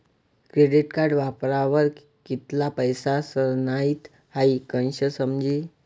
credit card वापरावर कित्ला पैसा सरनात हाई कशं समजी